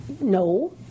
no